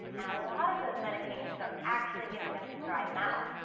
and a lot of those medications are actually giving them some dry mouth.